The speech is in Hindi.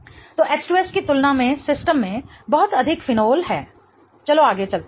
तो H2S की तुलना में सिस्टम में बहुत अधिक फिनोल है चलो आगे चलते हैं